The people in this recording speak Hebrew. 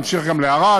ממשיך גם לערד,